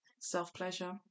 self-pleasure